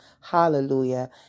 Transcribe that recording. Hallelujah